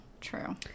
true